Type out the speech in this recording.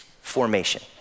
formation